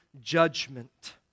judgment